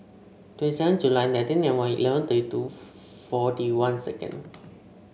twenty seven July nineteen ninety one eleven thirty two forty one second